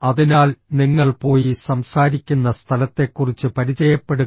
അതിനാൽ നിങ്ങൾ പോയി സംസാരിക്കുന്ന സ്ഥലത്തെക്കുറിച്ച് പരിചയപ്പെടുക